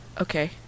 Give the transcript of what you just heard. Okay